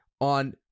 on